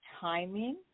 timing